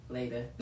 Later